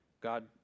God